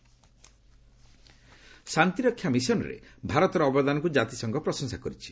UN India ଶାନ୍ତିରକ୍ଷା ମିଶନରେ ଭାରତର ଅବଦାନକୁ ଜାତିସଂଘ ପ୍ରଶଂସା କରିଛି